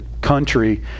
country